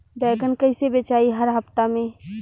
बैगन कईसे बेचाई हर हफ्ता में?